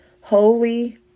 holy